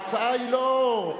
ההצעה היא לא,